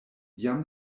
jam